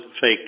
fake